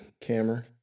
camera